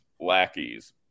lackeys